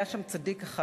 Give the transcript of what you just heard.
היה שם צדיק אחד,